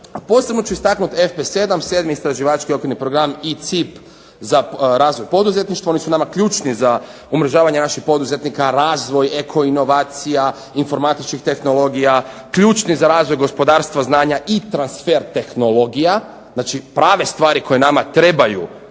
posebno ću istaknuti …/Ne razumije se./… sedmi istraživački okvirni program i CIP za razvoj poduzetništva, oni su nama ključni za umrežavanje naših poduzetnika, razvoj, eko inovacija, informatičkih tehnologija, ključnih za razvoj gospodarstva, znanja i transfer tehnologija, znači prave stvari koje nama trebaju